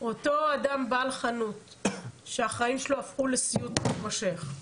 אדם בעל חנות שהחיים שלו הפכו לסיוט מתמשך,